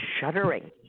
shuddering